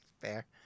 fair